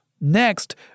Next